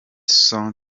son